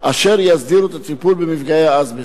אשר יסדירו את הטיפול במפגעי אזבסט.